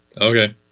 okay